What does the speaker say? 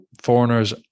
foreigners